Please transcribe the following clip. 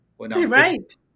Right